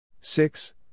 six